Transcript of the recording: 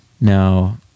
Now